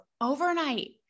Overnight